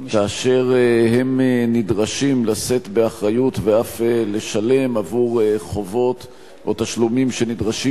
כאשר הם נדרשים לשאת באחריות ואף לשלם חובות או תשלומים שנדרשים